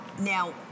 now